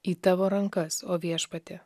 į tavo rankas o viešpatie